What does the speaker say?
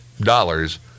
dollars